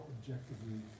objectively